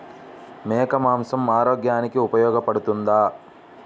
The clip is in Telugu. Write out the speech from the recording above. మేక మాంసం ఆరోగ్యానికి ఉపయోగపడుతుందా?